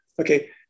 Okay